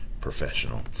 professional